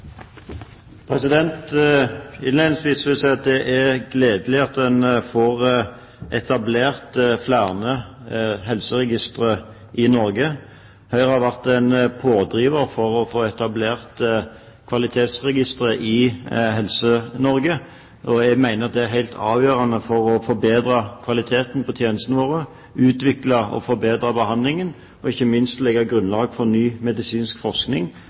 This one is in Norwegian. Innledningsvis vil jeg si at det er gledelig at en får etablert flere helseregistre i Norge. Høyre har vært en pådriver for å få etablert kvalitetsregistre i Helse-Norge. Jeg mener at det er helt avgjørende for å forbedre kvaliteten på tjenestene våre, utvikle og forbedre behandlingen og ikke minst legge grunnlag for ny medisinsk forskning